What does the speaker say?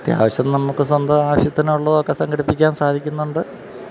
അത്യാവശ്യം നമുക്ക് സ്വന്തം ആവശ്യത്തിനുള്ളതൊക്കെ സംഘടിപ്പിക്കാൻ സാധിക്കുന്നുണ്ട്